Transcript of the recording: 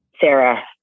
sarah